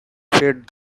fit